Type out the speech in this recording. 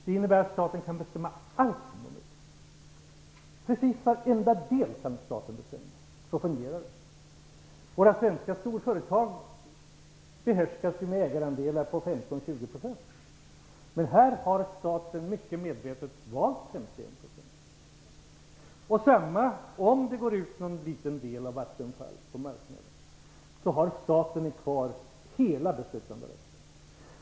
Det innebär att staten kan bestämma allt, precis varenda del kan staten bestämma. Så fungerar det. Våra svenska storföretag behärskar ägarandelar på 15--20 %. Men här har staten mycket medvetet valt 51 %. Om det går ut någon liten del av Vattenfall på marknaden har staten kvar hela beslutanderätten.